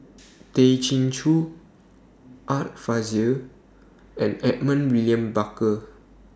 Tay Chin Joo Art Fazil and Edmund William Barker